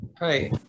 Hi